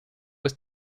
was